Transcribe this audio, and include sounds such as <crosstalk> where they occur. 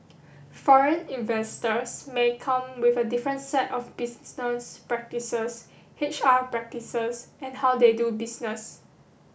foreign investors may come with a different set of <unintelligible> practices H R practices and how they do business